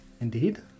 Indeed